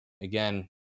again